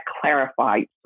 clarified